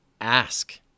Ask